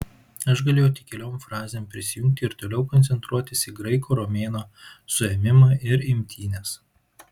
aš galėjau tik keliom frazėm prisijungti ir toliau koncentruotis į graiko romėno suėmimą ir imtynes